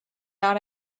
not